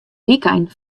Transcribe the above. wykein